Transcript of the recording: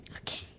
Okay